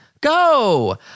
Go